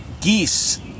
Geese